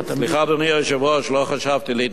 סליחה, אדוני היושב-ראש, לא חשבתי להתנצל.